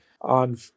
on